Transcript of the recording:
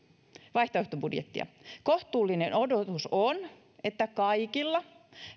vaihtoehtobudjettia kohtuullinen odotus on että kaikilla